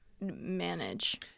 manage